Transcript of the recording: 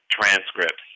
transcripts